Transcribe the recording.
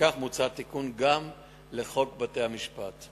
לפיכך מוצע תיקון גם לחוק בתי-המשפט.